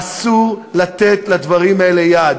אסור לתת לדברים האלה יד.